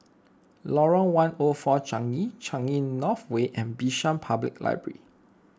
Lorong one O four Changi Changi North Way and Bishan Public Library